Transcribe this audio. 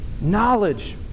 knowledge